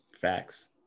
Facts